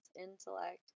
intellect